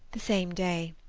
the same day.